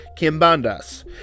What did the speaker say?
Kimbandas